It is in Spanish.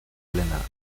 helena